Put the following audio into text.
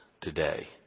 today